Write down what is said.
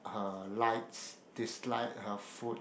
her likes dislike her food